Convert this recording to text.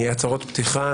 הצהרות פתיחה.